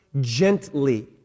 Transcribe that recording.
gently